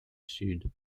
sud